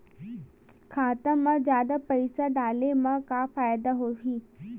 खाता मा जादा पईसा डाले मा का फ़ायदा होही?